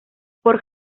por